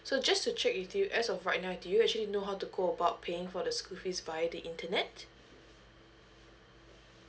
so just to check with you as of right now do you actually know how to go about paying for the school fees by the internet